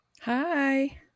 hi